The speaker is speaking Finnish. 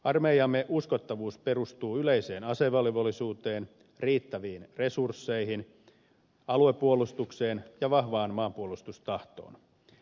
armeijamme uskottavuus perustuu yleiseen asevelvollisuuteen riittäviin resursseihin aluepuolustukseen ja vahvaan maanpuolustustahtoon